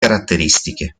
caratteristiche